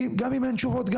גם אם אין תשובות,